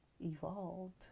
evolved